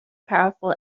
powerful